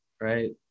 right